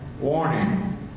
Warning